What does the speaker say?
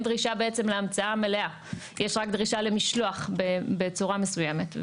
דרישה להמצאה מלאה אלא יש רק דרישה למשלוח בצורה מסוימת.